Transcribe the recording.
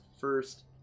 first